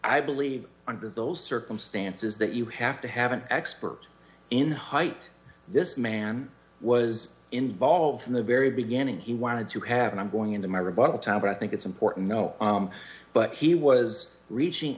i believe under those circumstances that you have to have an expert in height this man was involved in the very beginning he wanted to have and i'm going into my rebuttal time but i think it's important no but he was reaching